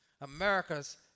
America's